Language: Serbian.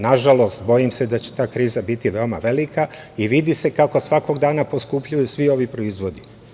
Nažalost, bojim se da će ta kriza biti veoma velika i vidi se kako svakog dana poskupljuju svi ovi proizvodi.